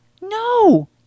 No